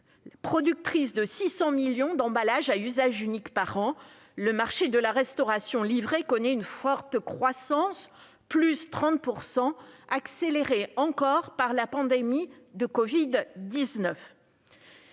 Producteur de 600 millions d'emballages à usage unique par an, le marché de la restauration livrée connaît une forte croissance- +30 %-, accélérée encore par la pandémie de covid-19.